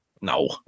No